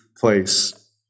place